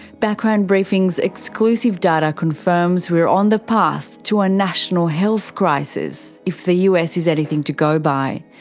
background briefing's exclusive data confirms we're on the path to a national health crisis if the us is anything to go by.